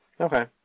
Okay